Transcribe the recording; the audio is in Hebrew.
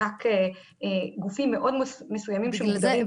רק גופים מאוד מסוימים שמוגדרים בחוק.